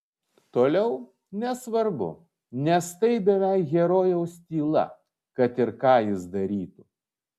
toliau nesvarbu nes tai beveik herojaus tyla kad ir ką jis darytų